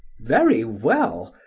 very well.